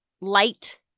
Light